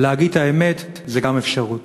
להגיד את האמת זו גם אפשרות.